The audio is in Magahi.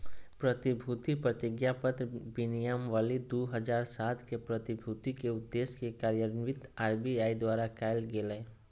प्रतिभूति प्रतिज्ञापत्र विनियमावली दू हज़ार सात के, प्रतिभूति के उद्देश्य के कार्यान्वित आर.बी.आई द्वारा कायल गेलय